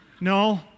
No